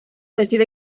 decide